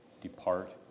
Depart